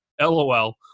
LOL